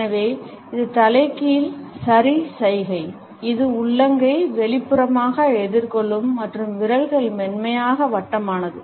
எனவே இது தலைகீழ் சரி சைகை இது உள்ளங்கை வெளிப்புறமாக எதிர்கொள்ளும் மற்றும் விரல்கள் மென்மையாக வட்டமானது